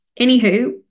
anywho